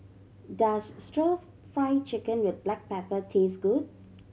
does Stir Fry Chicken with black pepper taste good